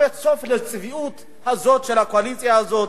אין סוף לצביעות הזאת של הקואליציה הזאת,